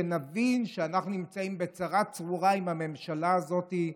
שנבין שאנחנו נמצאים בצרה צרורה עם הממשלה הזאת.